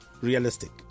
realistic